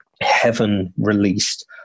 heaven-released